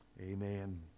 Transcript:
Amen